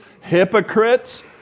hypocrites